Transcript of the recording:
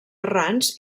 errants